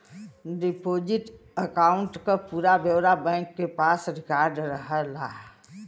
deposit account क पूरा ब्यौरा बैंक के पास रिकार्ड रहला